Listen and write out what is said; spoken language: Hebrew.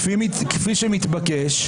כפי שמתבקש,